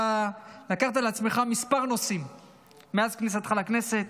אתה לקחת על עצמך מספר נושאים מאז כניסתך לכנסת: